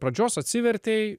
pradžios atsivertei